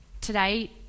today